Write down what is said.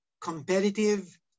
competitive